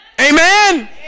Amen